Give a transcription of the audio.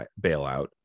bailout